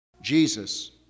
Jesus